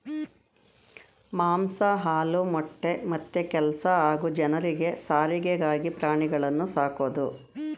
ಮಾಂಸ ಹಾಲು ಮೊಟ್ಟೆ ಮತ್ತೆ ಕೆಲ್ಸ ಹಾಗೂ ಜನರಿಗೆ ಸಾರಿಗೆಗಾಗಿ ಪ್ರಾಣಿಗಳನ್ನು ಸಾಕೋದು